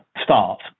start